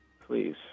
Please